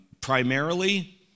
Primarily